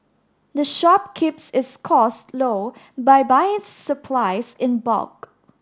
the shop keeps its costs low by buying its supplies in bulk